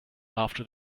after